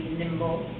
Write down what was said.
nimble